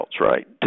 right